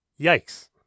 Yikes